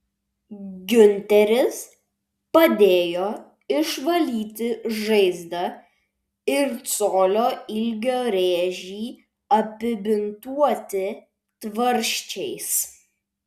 giunteris padėjo išvalyti žaizdą ir colio ilgio rėžį apibintuoti tvarsčiais